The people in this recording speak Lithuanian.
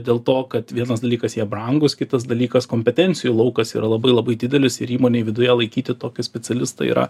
dėl to kad vienas dalykas jie brangūs kitas dalykas kompetencijų laukas yra labai labai didelis įmonei viduje laikyti tokį specialistą yra